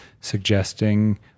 suggesting